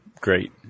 great